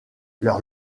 leur